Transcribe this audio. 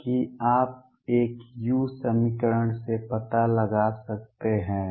कि आप एक u समीकरण से पता लगा सकते हैं